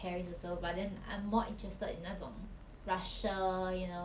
but soon ah orh 我要回去 austria 也是 like vienna and hallstatt